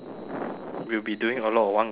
we'll be doing a lot of one K races